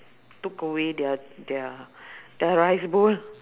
took away their their their rice bowl